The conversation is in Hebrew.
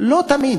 לא תמיד,